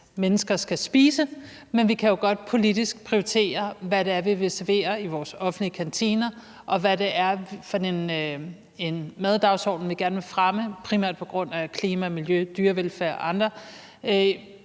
mennesker skal spise, men vi kan jo godt politisk prioritere, hvad det er, vi vil servere i vores offentlige kantiner, og hvad det er for en maddagsorden, vi gerne vil fremme, primært på grund af klima, miljø, dyrevelfærd og andre